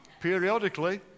Periodically